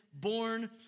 born